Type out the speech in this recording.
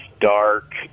dark